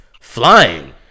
flying